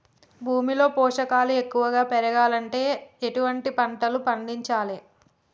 భూమిలో పోషకాలు ఎక్కువగా పెరగాలంటే ఎటువంటి పంటలు పండించాలే?